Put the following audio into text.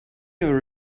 your